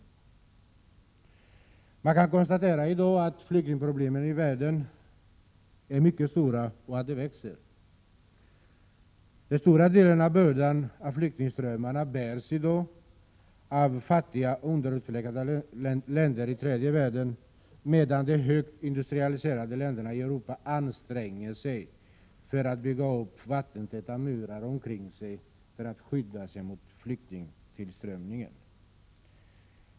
Man kan i dag konstatera att flyktingproblemen i världen är mycket stora och att de växer. Den stora delen av bördan bärs i dag av fattiga underutvecklade länder i tredje världen, medan de högt industrialiserade länderna i Europa anstränger sig för att bygga täta murar omkring sig för att skydda sig mot flyktingtillströmningen.